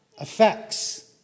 effects